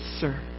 sir